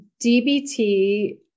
DBT